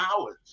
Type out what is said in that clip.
hours